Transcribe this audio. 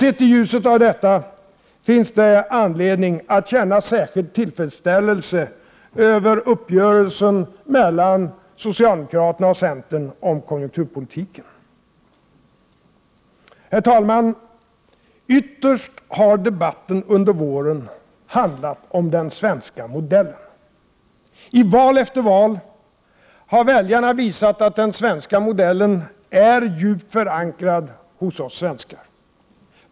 Sett i ljuset av detta finns det anledning att känna särskild tillfredsställelse över uppgörelsen mellan socialdemokraterna och centern om konjunkturpolitiken. Herr talman! Ytterst har debatten under våren handlat om den svenska modellen. I val efter val har väljarna visat att den svenska modellen är djupt förankrad hos oss svenskar.